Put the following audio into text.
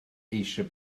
eisiau